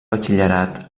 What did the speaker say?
batxillerat